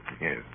Yes